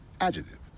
Adjective